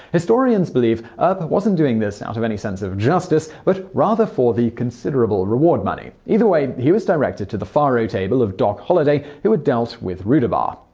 historians believe earp wasn't doing this out of any sense of justice, but rather for the considerable reward money. either way, he was directed to the faro table of doc holliday, who had dealt with rudabaugh.